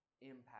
impact